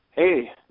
Hey